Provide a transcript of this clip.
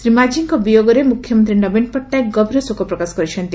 ଶ୍ରୀ ମାଝୀଙ୍କ ବିୟୋଗରେ ମୁଖ୍ୟମନ୍ତୀ ନବୀନ ପଟ୍ଟନାୟକ ଗଭୀର ଶୋକ ପ୍ରକାଶ କରିଛନ୍ତି